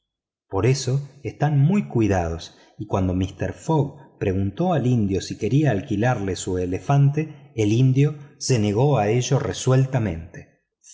por eso están muy cuidados y cuando mister fogg preguntó al indio si quería alquilarle su elefante el indio se negó a ello resueltamente